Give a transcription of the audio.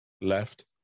left